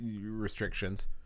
restrictions